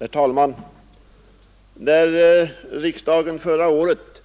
Herr talman! När riksdagen förra året